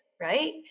right